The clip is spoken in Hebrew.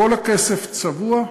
כל הכסף צבוע,